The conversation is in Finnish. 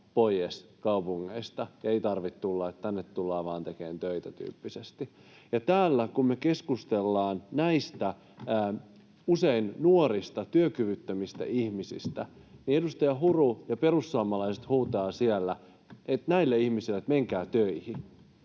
poies kaupungeista, ei tarvii tulla, tänne tullaan vaan tekemään töitä” ‑tyyppisesti. Ja kun me keskustellaan täällä näistä usein nuorista työkyvyttömistä ihmisistä, niin edustaja Huru ja perussuomalaiset huutavat siellä näille ihmisille, että menkää töihin.